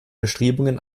bestrebungen